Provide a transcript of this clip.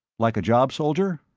like a job, soldier?